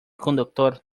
conductor